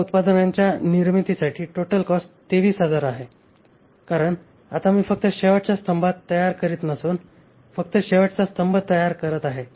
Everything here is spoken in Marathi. या उत्पादनाच्या निर्मितीसाठी टोटल कॉस्ट 23000 आहे कारण आता मी फक्त शेवटच्या स्तंभात तयार करीत नसून फक्त शेवटचा स्तंभ तयार करत आहे